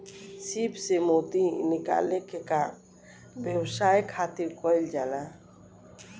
सीप से मोती निकाले के काम व्यवसाय खातिर कईल जाला